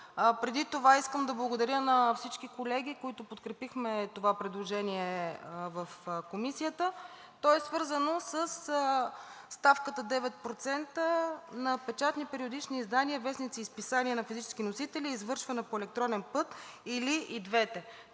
Преди това искам да благодаря на всички колеги, които подкрепихме това предложение в Комисията, свързано със ставката 9% на печатни и периодични издания, вестници и списания на физически носители, извършвана по електронен път или и двете.